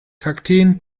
kakteen